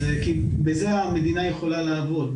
אז בזה המדינה יכולה לעבוד.